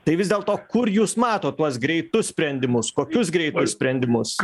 tai vis dėlto kur jūs matot tuos greitus sprendimus kokius greitus sprendimus